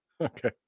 Okay